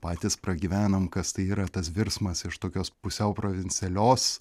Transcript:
patys pragyvenom kas tai yra tas virsmas iš tokios pusiau provincialios